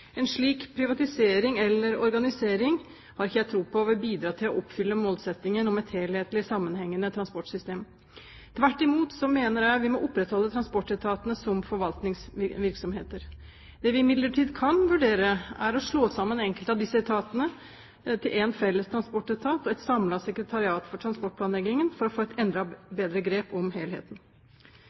En slik privatisering eller organisering har jeg ikke tro på vil bidra til å oppfylle målsettingen om et helhetlig, sammenhengende transportsystem. Tvert imot så mener jeg vi må opprettholde transportetatene som forvaltningsvirksomheter. Det vi imidlertid kan vurdere, er å slå sammen enkelte av disse etatene til én felles transportetat og ett samlet sekretariat for transportplanleggingen, for å få et enda bedre grep om helheten.